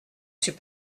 suis